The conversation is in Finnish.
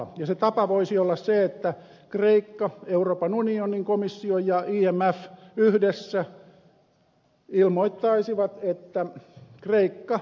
ja se tapa voisi olla se että kreikka euroopan unionin komissio ja imf yhdessä ilmoittaisivat että kreikka